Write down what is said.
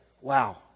wow